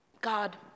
God